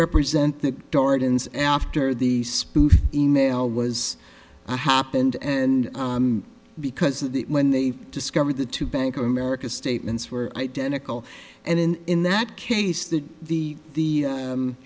represent the gardens after the spoof email was happened and because of the when they discovered the two bank of america statements were identical and in in that case that the